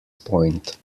point